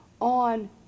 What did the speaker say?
on